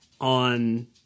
on